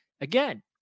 again